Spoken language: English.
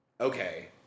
Okay